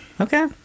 Okay